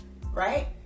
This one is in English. right